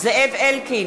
זאב אלקין,